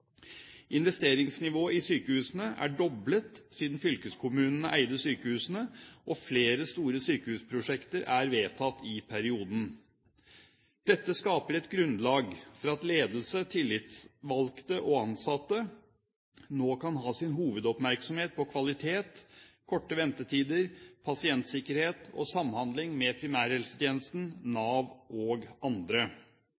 Investeringsnivået i sykehusene er doblet siden fylkeskommunene eide sykehusene, og flere store sykehusprosjekter er vedtatt i perioden. Dette skaper et grunnlag for at ledelse, tillitsvalgte og ansatte nå kan ha sin hovedoppmerksomhet på kvalitet, korte ventetider, pasientsikkerhet og samhandling med primærhelsetjenesten,